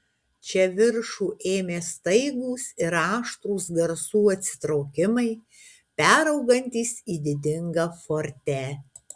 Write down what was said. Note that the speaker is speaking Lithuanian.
čia viršų ėmė staigūs ir aštrūs garsų atsitraukimai peraugantys į didingą forte